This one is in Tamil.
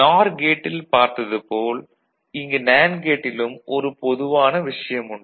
நார் கேட்டில் பார்த்தது போல் இங்கு நேண்டு கேட்டிலும் ஒரு பொதுவான விஷயம் உண்டு